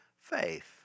faith